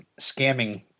scamming